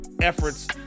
efforts